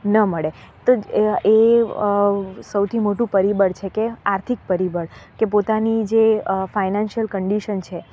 ન મળે તો એ એ સૌથી મોટું પરિબળ છે કે આર્થિક પરિબળ કે પોતાની જે ફાઈનાન્સિયલ કંડિસન છે